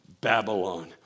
Babylon